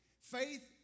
Faith